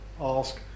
ask